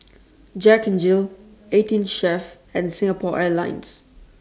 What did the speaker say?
Jack N Jill eighteen Chef and Singapore Airlines